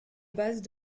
bases